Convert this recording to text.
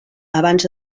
abans